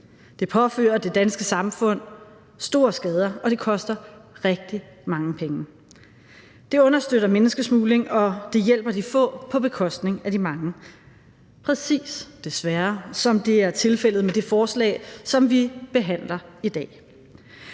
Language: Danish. Det påfører det danske samfund store skader, og det koster rigtig mange penge. Det understøtter menneskesmugling, og det hjælper de få på bekostning af de mange, præcis – desværre – som det er tilfældet med det forslag, som vi behandler i dag.